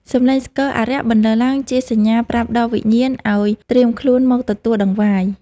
សំឡេងស្គរអារក្សបន្លឺឡើង ជាសញ្ញាប្រាប់ដល់វិញ្ញាណឱ្យត្រៀមខ្លួនមកទទួលដង្វាយ។